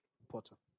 important